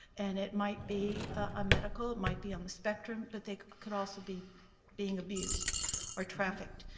and it might be a medical, might be on the spectrum, but they could also be being abused or trafficked.